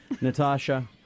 Natasha